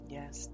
Yes